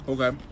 Okay